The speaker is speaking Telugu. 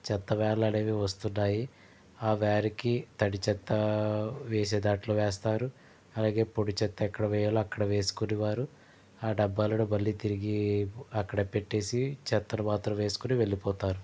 చెత్త వ్యాన్లనేవి వస్తున్నాయి వ్యాన్కి చెత్త వేసే దాంట్లో వేస్తారు అలాగే పొడి చెత్త ఎక్కడ వేయాలో అక్కడ వేసుకుని వారు ఆ డబ్బాలను మళ్ళీ తిరిగి అక్కడ పెట్టేసి చెత్తను మాత్రం వేసుకొని వెళ్ళిపోతారు